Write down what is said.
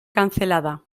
cancelada